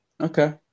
Okay